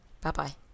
Bye-bye